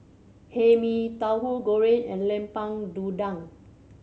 Hae Mee Tauhu Goreng and Lemper Udang